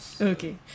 Okay